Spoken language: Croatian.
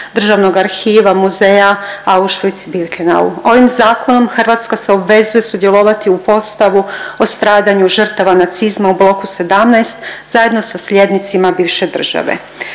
Državnog arhiva muzeja Auchwitz-Birkenau. Ovim zakonom Hrvatska se obvezuje sudjelovati u postavu o stradanju žrtava nacizma u Bloku 17 zajedno sa slijednicima bivše države.